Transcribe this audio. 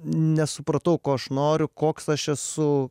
nesupratau ko aš noriu koks aš esu